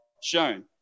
shown